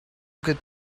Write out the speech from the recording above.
good